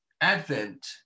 Advent